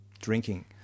drinking